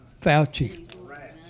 Fauci